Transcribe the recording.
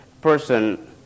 person